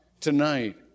tonight